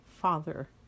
Father